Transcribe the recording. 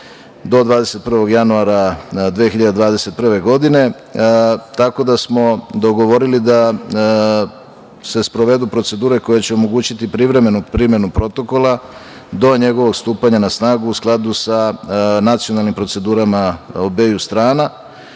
do 21. januara 2021. godine. Dogovorili smo da se sprovedu procedure koje će omogućiti privremenu primenu Protokola do njegovog stupanja na snagu u skladu sa nacionalnim procedurama obeju strana.